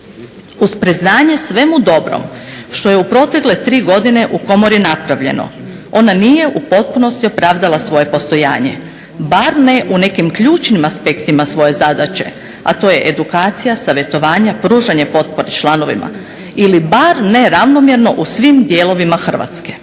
Uz priznanje svemu dobrom što je u protekle tri godine u komori napravljeno ona nije u potpunosti opravdala svoje postojanje, bar ne u nekim ključnim aspektima svoje zadaće, a to je edukacija, savjetovanja, pružanje potpore članovima ili bar ne ravnomjerno u svim dijelovima Hrvatske.